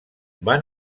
van